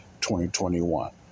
2021